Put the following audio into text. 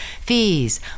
fees